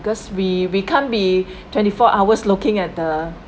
because we we can't be twenty four hours looking at the